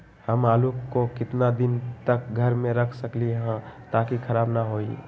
हम आलु को कितना दिन तक घर मे रख सकली ह ताकि खराब न होई?